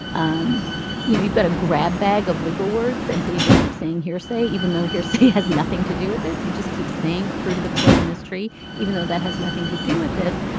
um you know you've got a grab bag of legal words and so you just keep saying hearsay even though hearsay has nothing to do with this. you just keep saying fruit of the poisonous tree even though that has nothing to do with this.